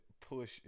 push